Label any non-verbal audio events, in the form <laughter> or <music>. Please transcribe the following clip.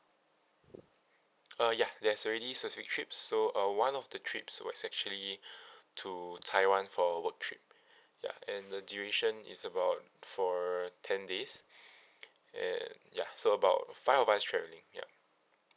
uh ya there's already trips so uh one of the trips was actually <breath> to taiwan for a work trip ya and the duration is about for ten days and ya so about five of us travelling ya